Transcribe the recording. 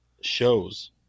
shows